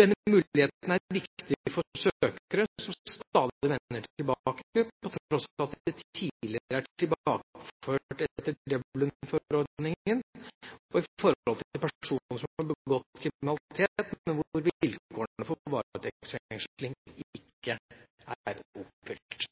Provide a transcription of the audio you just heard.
Denne muligheten er viktig for søkere som stadig vender tilbake på tross av at de tidligere er tilbakeført etter Dublin-forordningen, og for personer som har begått kriminalitet, men hvor vilkårene for varetektsfengsling ikke er oppfylt.